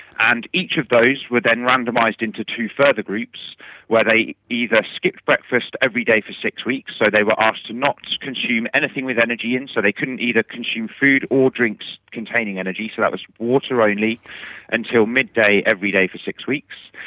and each of those were then randomised into two further groups where they either skipped breakfast every day for six weeks, so they were asked to not's consume anything with energy in, so they couldn't either consume food or drinks containing energy, so that was water only until midday every day for six weeks.